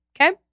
Okay